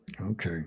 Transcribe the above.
Okay